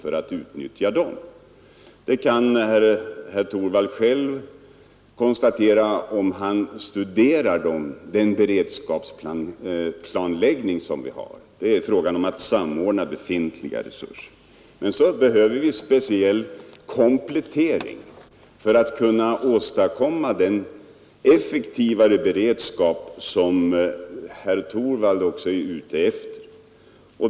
Herr Torwald kan själv konstatera det, om han studerar vår beredskapsplanläggning. Av den framgår att det är fråga om att samordna befintliga resurser. Men därutöver behöver vi speciell komplettering för att nå den effektivare beredskap som herr Torwald också är ute efter.